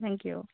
thank you